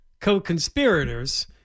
co-conspirators